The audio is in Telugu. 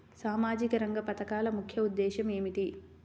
సామాజిక రంగ పథకాల ముఖ్య ఉద్దేశం ఏమిటీ?